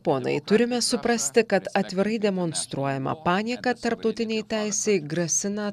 ponai turime suprasti kad atvirai demonstruojama panieka tarptautinei teisei grasina